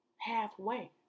halfway